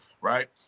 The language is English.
Right